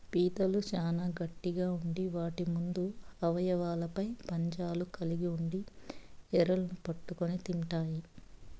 పీతలు చానా గట్టిగ ఉండి వాటి ముందు అవయవాలపై పంజాలు కలిగి ఉండి ఎరలను పట్టుకొని తింటాయి